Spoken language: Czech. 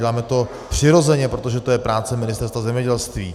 Děláme to přirozeně, protože to je práce Ministerstva zemědělství.